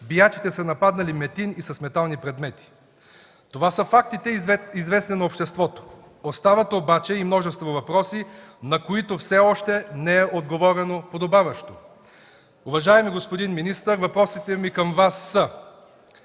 биячите са нападнали Метин и с метални предмети. Това са фактите, известни на обществото. Остават обаче и множество въпроси, на които все още не е отговорено подобаващо. Уважаеми господин министър, въпросите ми към Вас са